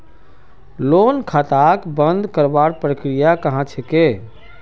loan खाताक बंद करवार की प्रकिया ह छेक